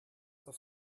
auf